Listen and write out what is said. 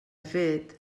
fet